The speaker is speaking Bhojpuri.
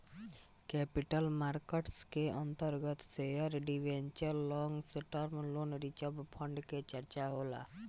कैपिटल मार्केट के अंतर्गत share debenture long term loan reserve fund के चर्चा होला